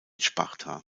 sparta